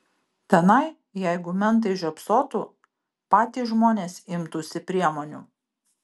tenai jeigu mentai žiopsotų patys žmonės imtųsi priemonių